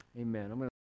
Amen